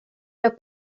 los